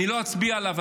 אני לא אצביע עליו.